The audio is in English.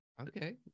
Okay